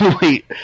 Wait